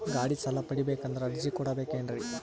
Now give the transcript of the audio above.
ಗಾಡಿ ಸಾಲ ಪಡಿಬೇಕಂದರ ಅರ್ಜಿ ಕೊಡಬೇಕೆನ್ರಿ?